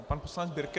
Pan poslanec Birke.